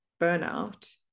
burnout